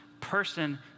person